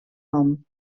nom